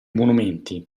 monumenti